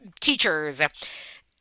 teachers